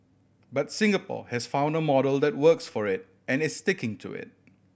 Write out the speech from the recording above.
but Singapore has found a model that works for it and is sticking to it